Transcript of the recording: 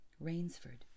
Rainsford